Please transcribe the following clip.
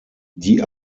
die